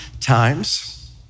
times